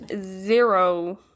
zero